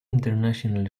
international